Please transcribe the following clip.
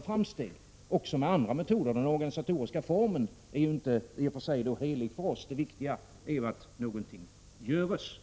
framsteg. Den organisatoriska formen är i och för sig inte helig för oss, utan det viktiga är att något görs.